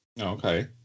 Okay